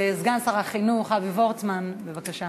סגן שר החינוך אבי וורצמן, בבקשה.